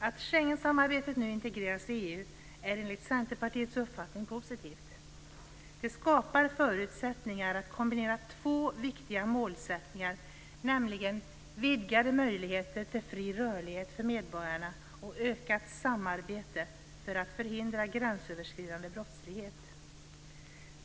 Att Schengensamarbetet nu integreras i EU är enligt Centerpartiets uppfattning positivt. Det skapar förutsättningar att kombinera två viktiga målsättningar, nämligen vidgade möjligheter till fri rörlighet för medborgarna och ökat samarbete för att förhindra gränsöverskridande brottslighet.